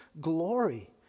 glory